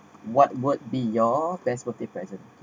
what would be your best birthday present